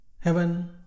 Heaven